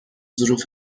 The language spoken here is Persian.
ظروف